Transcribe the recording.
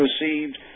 received